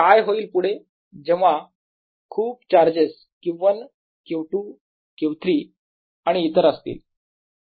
काय होईल पुढे जेव्हा खूप चार्जेस Q1 Q2 Q3 आणि इतर असतील